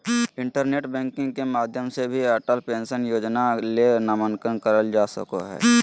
internet banking के माध्यम से भी अटल पेंशन योजना ले नामंकन करल का सको हय